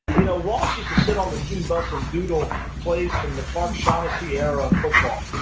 you know, walsh used to sit on the team bus and doodle plays from the clark shaugnessy era of football.